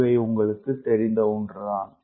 இவை உங்களுக்குத் தெரிந்த ஒன்றுதான்